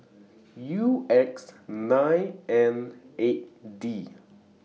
U X nine Neight D